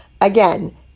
Again